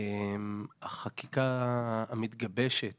החקיקה המתגבשת